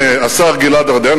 עם השר גלעד ארדֵן,